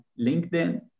linkedin